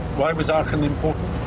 why was aachen important?